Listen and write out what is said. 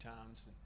times